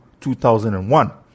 2001